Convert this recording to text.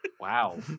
Wow